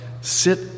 sit